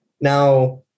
Now